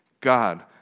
God